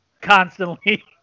constantly